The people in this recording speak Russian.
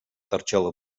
торчало